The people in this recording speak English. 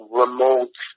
remote